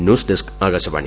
news desk Akashvani